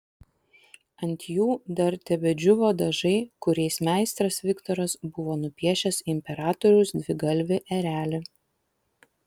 ant jų dar tebedžiūvo dažai kuriais meistras viktoras buvo nupiešęs imperatoriaus dvigalvį erelį